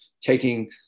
taking